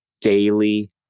daily